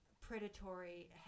predatory